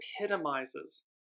epitomizes